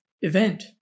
event